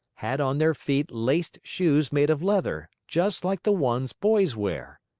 had on their feet laced shoes made of leather, just like the ones boys wear.